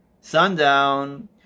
sundown